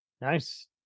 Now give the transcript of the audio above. nice